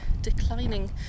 declining